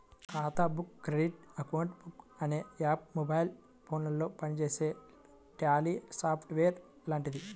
ఖాతా book credit account book అనే app mobile ఫోనులో పనిచేసే ట్యాలీ సాఫ్ట్ వేర్ లాంటిది